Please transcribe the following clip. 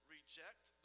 Reject